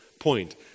point